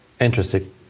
interesting